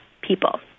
people